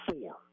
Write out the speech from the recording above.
Four